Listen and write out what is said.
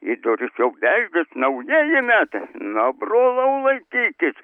į duris jau beldžias naujieji metai na brolau laikykis